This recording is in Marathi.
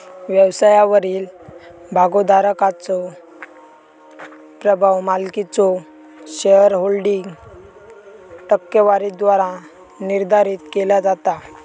व्यवसायावरील भागोधारकाचो प्रभाव मालकीच्यो शेअरहोल्डिंग टक्केवारीद्वारा निर्धारित केला जाता